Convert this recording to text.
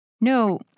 No